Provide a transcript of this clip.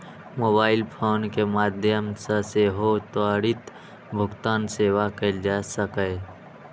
mobile phone के माध्यम सं सेहो त्वरित भुगतान सेवा कैल जा सकैए